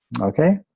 okay